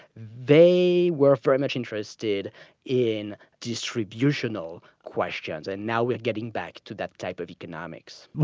they were very much interested in distributional questions, and now we're getting back to that type of economics.